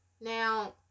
Now